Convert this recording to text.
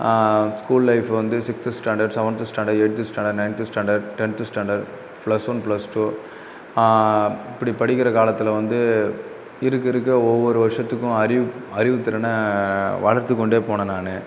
school life வந்து sixth standard seventh standard eighth standard ninth standard tenth standard plus one plus two இப்படி படிக்கிற காலத்தில் வந்து இருக்க இருக்க ஒவ்வொரு வருஷத்துக்கும் அறிவு அறிவுத் திறனை வளர்த்துக் கொண்டே போனேன் நான்